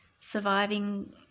surviving